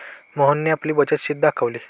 मोहनने आपली बचत शीट दाखवली